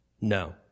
No